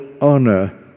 honor